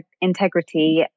integrity